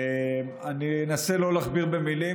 אני אנסה לא להכביר במילים,